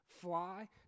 fly